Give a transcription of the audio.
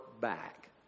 back